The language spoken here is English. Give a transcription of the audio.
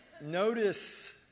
notice